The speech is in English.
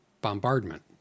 bombardment